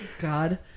God